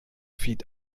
feed